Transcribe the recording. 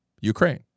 Ukraine